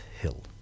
Hill